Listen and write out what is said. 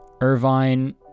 Irvine